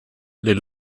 les